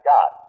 God